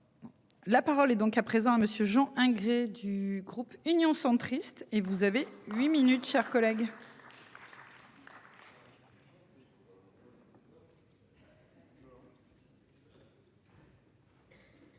La parole est donc à présent à monsieur Jean hein gré du groupe Union centriste et vous avez 8 minutes, chers collègues.